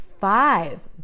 five